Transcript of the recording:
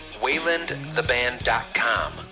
Waylandtheband.com